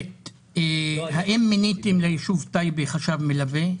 האם מיניתם ליישוב טייבה חשב מלווה,